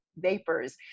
vapors